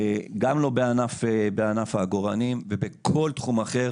גם לא בענף העגורנים, ובכל תחום אחר: